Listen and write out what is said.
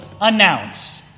announce